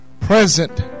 present